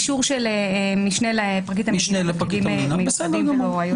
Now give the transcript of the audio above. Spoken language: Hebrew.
צריך אישור של משנה לפרקליט המדינה ולא היועץ.